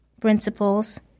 principles